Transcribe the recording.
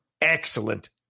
excellent